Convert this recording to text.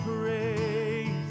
praise